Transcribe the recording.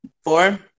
Four